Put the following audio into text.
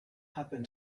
happen